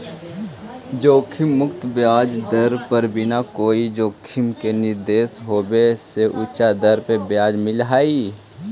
जोखिम मुक्त ब्याज दर पर बिना कोई जोखिम के निवेश होवे से उच्च दर पर ब्याज मिलऽ हई